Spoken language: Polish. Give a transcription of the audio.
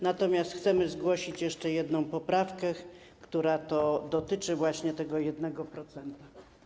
Natomiast chcemy zgłosić jeszcze jedną poprawkę, która dotyczy właśnie tego 1%.